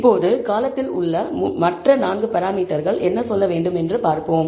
இப்போது காலத்தில் உள்ள மற்ற 4 பராமீட்டர்கள் என்ன என்று பார்ப்போம்